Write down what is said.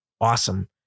awesome